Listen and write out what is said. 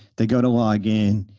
they go to log in,